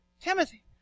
Timothy